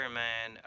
man